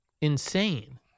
insane